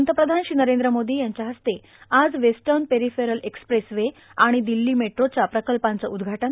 पंतप्रधान श्री नरेंद्र मोदी यांच्या हस्ते आज वेस्टर्न पेरीफेरल एक्स्प्रेसवे आणि दिल्ली मेट्रो प्रकल्पांचं उद्घाटन